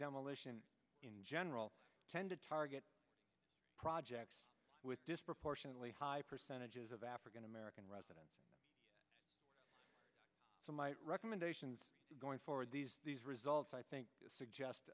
demolition in general tend to target projects with disproportionately high percentages of african american residents so my recommendations going forward these results i think